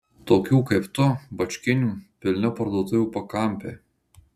tokių kaip tu bačkinių pilni parduotuvių pakampiai